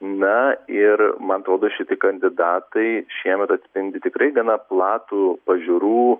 na ir man atrodo šiti kandidatai šiemet atspindi tikrai gana platų pažiūrų